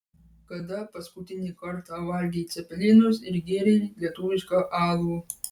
kada paskutinį kartą valgei cepelinus ir gėrei lietuvišką alų